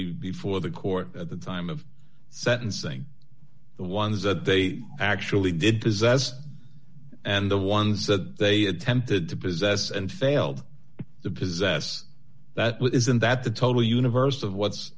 be before the court at the time of sentencing the ones that they actually did possess and the one said they attempted to possess and failed to possess that which isn't that the total universe of what's